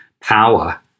power